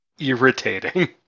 irritating